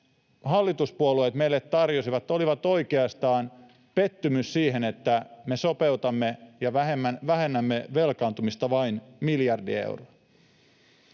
hallituspuolueet meille tarjosivat, olivat oikeastaan pettymys siihen, että me sopeutamme ja vähennämme velkaantumista vain miljardi euroa.